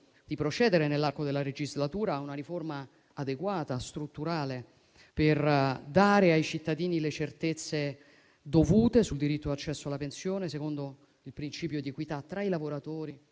di procedere, nell'arco della legislatura, ad una riforma adeguata, strutturale, per dare ai cittadini le certezze dovute sul diritto di accesso alla pensione, secondo il principio di equità tra i lavoratori